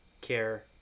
care